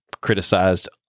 criticized